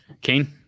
Kane